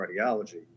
cardiology